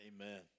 amen